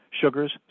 sugars